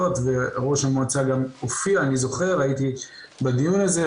וראש המועצה גם הופיע אני זוכר הייתי בדיון הזה,